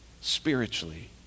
spiritually